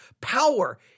power